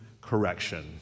correction